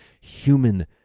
human